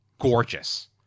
gorgeous